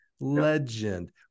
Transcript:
legend